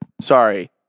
Sorry